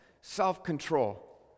self-control